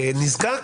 נזקק